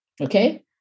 Okay